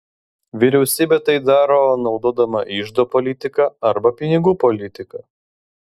vyriausybė tai daro naudodama iždo politiką arba pinigų politiką